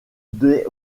des